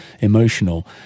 emotional